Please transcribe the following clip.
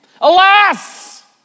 Alas